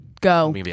go